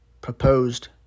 proposed